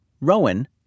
Rowan